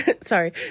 sorry